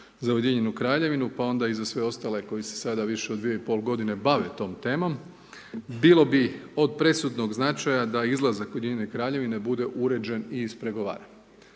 za Ujedinjenu Kraljevinu, pa onda i za sve ostale koji se sada više od dvije i pol godine bave tom temom, bilo bi od prešutnog značaja da izlazak Ujedinjene Kraljevine bude uređen i ispregovaran.